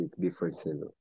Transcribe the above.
differences